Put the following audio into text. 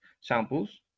samples